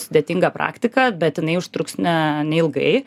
sudėtinga praktika bet jinai užtruks na neilgai